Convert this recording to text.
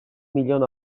milyon